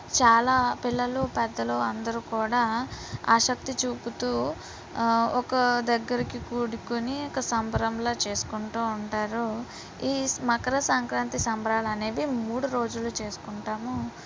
చాలా పిల్లలు పెద్దలు అందరూ కూడా ఆసక్తి చూపుతూ ఒక దగ్గరికి కూడుకోని ఒక సంబరంల చేసుకుంటూ ఉంటారు ఈ మకర సంక్రాంతి సంబరాలు అనేవి మూడు రోజులు చేసుకుంటాము